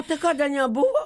tai kada nebuvo